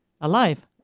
alive